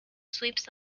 sweeps